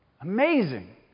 Amazing